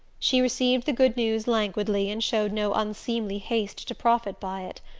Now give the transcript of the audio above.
she received the good news languidly and showed no unseemly haste to profit by it.